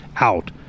out